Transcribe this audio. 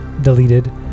deleted